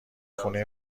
خونه